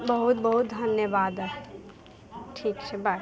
बहुत बहुत धन्यवाद अइ ठीक छै बाइ